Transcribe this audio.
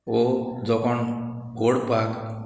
वो जो कोण ओडपाक